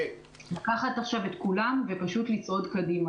לקחת את כולם ולצעוד קדימה,